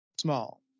Small